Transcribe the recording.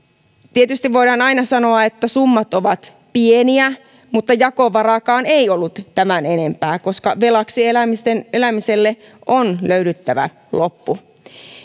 tietysti voidaan aina sanoa että summat ovat pieniä mutta jakovaraakaan ei ollut tämän enempää koska velaksi elämiselle on löydyttävä loppu